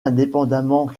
indépendamment